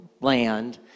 land